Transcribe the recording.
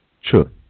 Sure